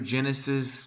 Genesis